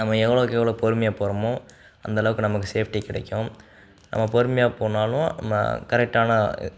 நம்ம எவ்வளவுக்கு எவ்வளவு பொறுமையாக போகிறமோ அந்த அளவுக்கு நமக்கு சேஃப்டி கிடைக்கும் நம்ம பொறுமையாக போனாலும் நம்ம கரெக்டான